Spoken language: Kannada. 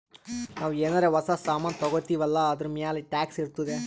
ನಾವು ಏನಾರೇ ಹೊಸ ಸಾಮಾನ್ ತಗೊತ್ತಿವ್ ಅಲ್ಲಾ ಅದೂರ್ಮ್ಯಾಲ್ ಟ್ಯಾಕ್ಸ್ ಇರ್ತುದೆ